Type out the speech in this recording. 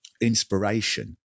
inspiration